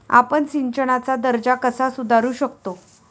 आपण सिंचनाचा दर्जा कसा सुधारू शकतो?